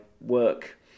work